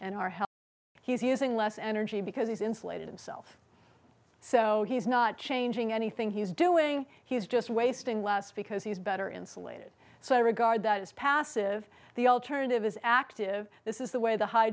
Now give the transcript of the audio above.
health he's using less energy because he's insulated himself so he's not changing anything he's doing he's just wasting last because he's better insulated so i regard that as passive the alternative is active this is the way the high